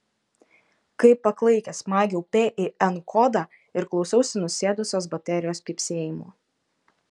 kaip paklaikęs maigiau pin kodą ir klausiausi nusėdusios baterijos pypsėjimo